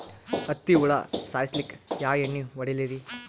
ಹತ್ತಿ ಹುಳ ಸಾಯ್ಸಲ್ಲಿಕ್ಕಿ ಯಾ ಎಣ್ಣಿ ಹೊಡಿಲಿರಿ?